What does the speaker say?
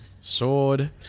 sword